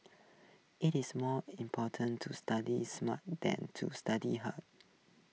IT is more important to study smart than to study hard